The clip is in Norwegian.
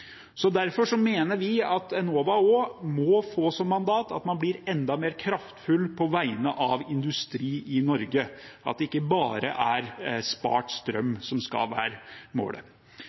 Derfor mener vi at Enova også må få som mandat at man blir enda mer kraftfull på vegne av industrien i Norge, at det ikke bare er spart strøm som skal være målet.